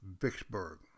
Vicksburg